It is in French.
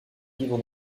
vivre